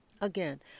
Again